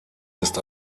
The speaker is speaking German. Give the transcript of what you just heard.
ist